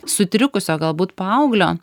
sutrikusio galbūt paauglio